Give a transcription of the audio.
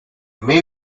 may